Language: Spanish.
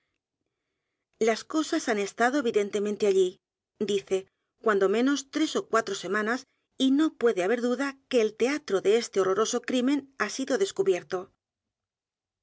s cosas han estado evidentemente allí dice cuando menos tres ó cuatro semanas y no puede haber duda que el teatro de este horroroso crimen ha sido descubierto